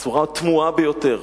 בצורה תמוהה ביותר,